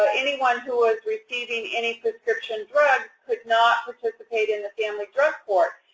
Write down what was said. ah anyone who was receiving any prescription drugs could not participate in the family drug court.